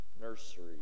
nursery